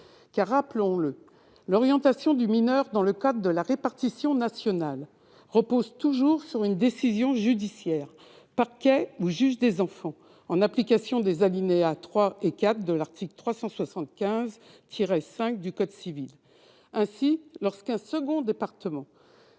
en effet que l'orientation du mineur, selon la clef de répartition nationale, repose toujours sur une décision judiciaire- parquet ou juge des enfants -, en application des alinéas 3 et 4 de l'article 375-5 du code civil. Ainsi, lorsque le département